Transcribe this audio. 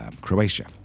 Croatia